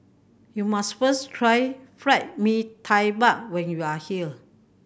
you must first try fried Mee Tai Mak when you are here